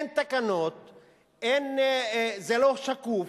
אין תקנות, זה לא שקוף.